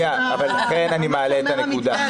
לכן אני מעלה את הנקודה.